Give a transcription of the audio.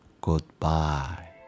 goodbye